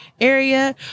area